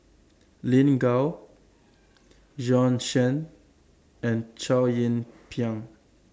Lin Gao Bjorn Shen and Chow Yian Ping